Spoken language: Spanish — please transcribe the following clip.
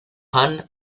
han